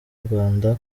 rwanda